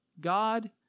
God